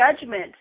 judgment